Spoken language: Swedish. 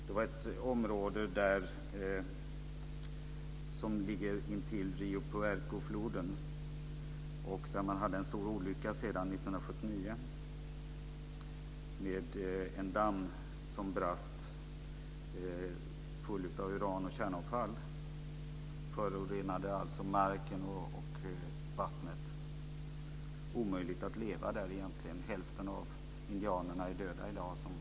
Det var ett område som ligger intill Rio Puerco-floden, där man hade en stor olycka 1979 med en damm som brast full av uran och kärnavfall. Den förorenade alltså marken och vattnet. Det är omöjligt att leva där, egentligen. Hälften av de indianer som flyttades dit är döda i dag.